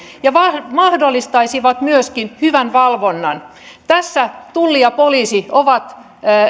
ja mahdollistaisivat myöskin hyvän valvonnan tässä tulli ja poliisi ovat